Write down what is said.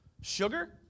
sugar